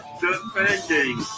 defending